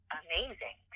amazing